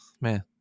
man